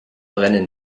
brennen